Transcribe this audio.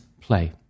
play